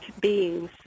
beings